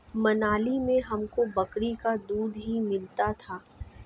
मनाली में हमको बकरी का दूध ही मिलता था